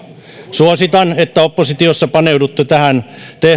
suositan että oppositiossa paneudutte tähän